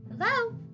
Hello